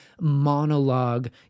monologue